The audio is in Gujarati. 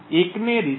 એકને 'receiver